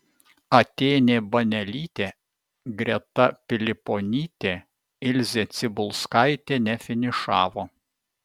atėnė banelytė greta piliponytė ilzė cibulskaitė nefinišavo